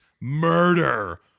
murder